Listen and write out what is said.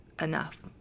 enough